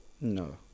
No